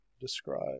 describe